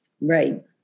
Right